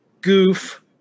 goof